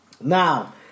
Now